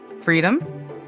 Freedom